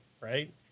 right